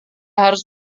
harus